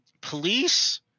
Police